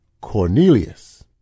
Cornelius